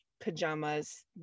pajamas